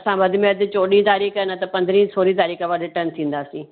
असां वधि में वधि चोडहीं तारीख़ न त पंदरहीं सोरहीं तारीख़ रीर्टन थींदासीं